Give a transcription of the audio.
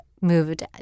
moved